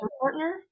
partner